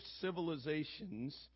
civilizations